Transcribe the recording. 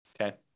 Okay